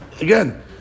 again